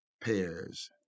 pairs